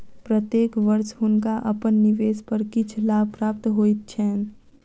प्रत्येक वर्ष हुनका अपन निवेश पर किछ लाभ प्राप्त होइत छैन